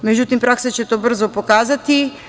Međutim, praksa će to brzo pokazati.